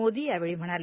मोदी यावेळी म्हणाले